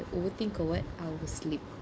overthink or what I'll sleep